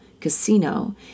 Casino